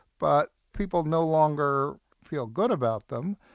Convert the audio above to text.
but people no longer feel good about them,